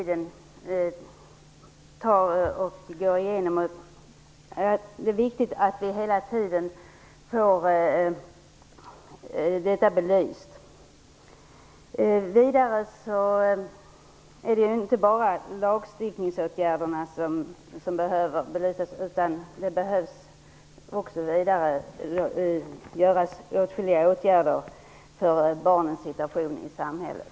Det är viktigt att vi får detta belyst. Vidare är det inte bara lagstiftningsåtgärderna som behöver belysas, utan det behöver också vidtas åtskilliga åtgärder för barnens situation i samhället.